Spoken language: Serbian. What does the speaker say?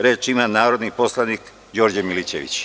Reč ima narodni poslanik Đorđe Milićević.